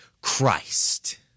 Christ